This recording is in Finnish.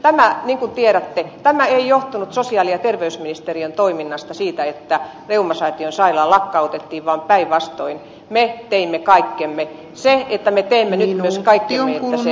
tämä niin kuin tiedätte ei johtunut sosiaali ja terveysministeriön toiminnasta että reumasäätiön sairaala lakkautettiin vaan päinvastoin me teimme kaikkemme sen että miten menee jos kaikki on ihmisen